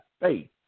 faith